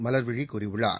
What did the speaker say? மலர்விழி கூறியுள்ளார்